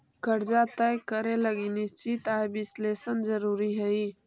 कर्जा तय करे लगी निश्चित आय विश्लेषण जरुरी हई